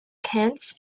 plants